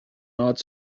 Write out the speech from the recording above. ought